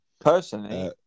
personally